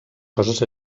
coses